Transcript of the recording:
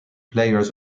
players